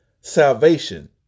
salvation